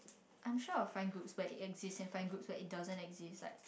I'm sure of fine groups but it exist in fine groups where it doesn't exist like